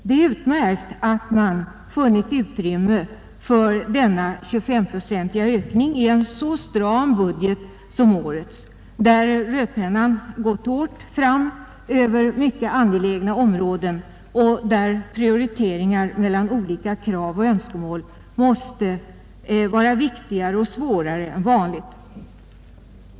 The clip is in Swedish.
Det är utmärkt att man funnit utrymme för denna 2S-procentiga ökning i en så stram budget som årets, där rödpennan gått hårt fram även på mycket angelägna områden och där prioriteringar mellan olika krav och önskemål måste vara viktigare och svårare än vanligt.